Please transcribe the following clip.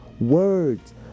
words